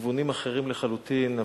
בכיוונים אחרים לחלוטין,